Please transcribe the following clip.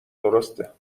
درسته